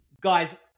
Guys